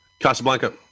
Casablanca